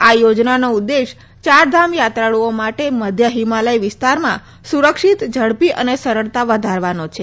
આ યોજનાનો ઉદ્દેશ ચારધામ યાત્રાળુઓ માટે મધ્ય હિમાલય વિસ્તારમાં સુરક્ષિત ઝડપી અને સરળતા વધારવાનો છે